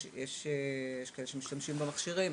יש כאלה שמשתמשים במכשירים,